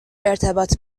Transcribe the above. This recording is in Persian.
ارتباط